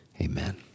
Amen